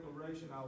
declaration